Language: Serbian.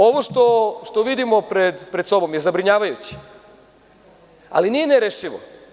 Ovo što vidimo pred sobom je zabrinjavajuće, ali nije nerešivo.